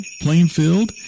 Plainfield